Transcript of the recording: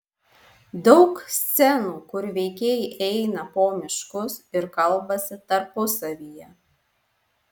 daug scenų kur veikėjai eina po miškus ir kalbasi tarpusavyje